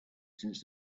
since